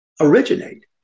originate